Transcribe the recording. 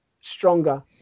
stronger